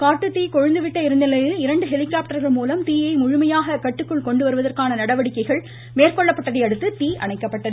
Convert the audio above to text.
காட்டுத்தீ கொழுந்து விட்டு ளரிந்த நிலையில் இரண்டு ஹெலிகாப்டர்கள் மூலம் தீயை முழுமையாக கட்டுக்குள் கொண்டு வருவதற்கான நடவடிக்கைகள் மேற்கொள்ளப்பட்டதையடுத்து தீ அணைக்கப்பட்டது